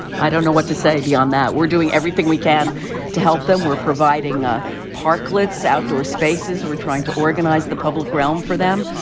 i don't know what to say. beyond that, we're doing everything we can to help them. we're providing a park litz outdoor spaces. we're trying to organize the public realm for them.